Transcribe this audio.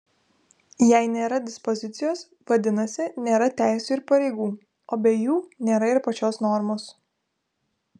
jei nėra dispozicijos vadinasi nėra teisių ir pareigų o be jų nėra ir pačios normos